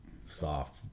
soft